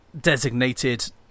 designated